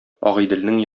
агыйделнең